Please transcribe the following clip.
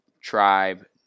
Tribe